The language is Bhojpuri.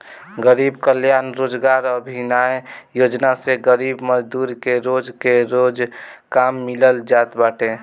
गरीब कल्याण रोजगार अभियान योजना से गरीब मजदूर के रोज के रोज काम मिल जात बाटे